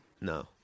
No